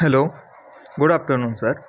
hello good afternoon sir